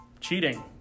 cheating